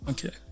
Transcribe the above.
Okay